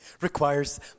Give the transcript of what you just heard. requires